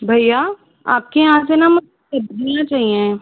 भैया आपके यहाँ से न मुझे धनिया चाहिए